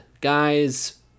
guys